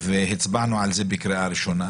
והצבענו עליו בקריאה ראשונה,